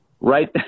right